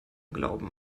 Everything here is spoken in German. glauben